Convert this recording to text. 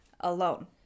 alone